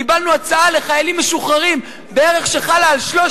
קיבלנו הצעה לחיילים משוחררים שחלה על בערך